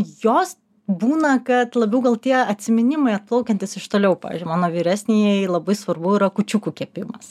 jos būna kad labiau gal tie atsiminimai atplaukiantys iš toliau pavyzdžiui mano vyresniajai labai svarbu yra kūčiukų kepimas